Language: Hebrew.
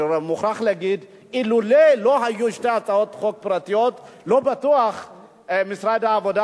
אני מוכרח להגיד: אילולא היו שתי הצעות חוק פרטיות לא בטוח שמשרד העבודה